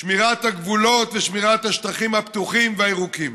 שמירת הגבולות ושמירת השטחים הפתוחים והירוקים.